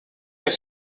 qu’à